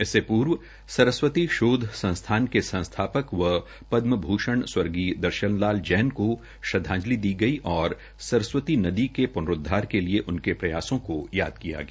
इससे पूर्व सरस्वती शोध संसथान के संस्थापक व पदमभूषण स्वर्गीय दर्शन लाल जैन को भी श्रदधांजलि दी गई और सस्तवती नदी के पुनरूदवार के लिए उनके प्रयासों को याद किया गया